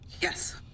Yes